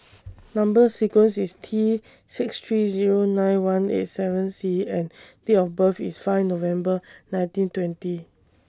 Number sequence IS T six three Zero nine one eight seven C and Date of birth IS five November nineteen twenty